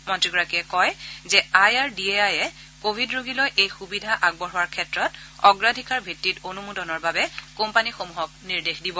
মন্ত্ৰীগৰাকীয়ে কয় যে I R D A I এ ক ভিড ৰোগীলৈ এই সুবিধা আগবঢ়োৱাৰ ক্ষেত্ৰত অগ্ৰাধিকাৰ ভিত্তিত অনুমোদনৰ বাবে কোম্পানীসমূহক নিৰ্দেশ দিব